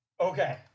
Okay